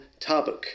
Tabuk